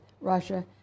Russia